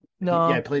No